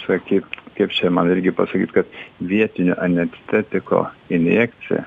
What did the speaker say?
sakyk kaip čia man irgi pasakyt kad vietinio anestetiko injekcija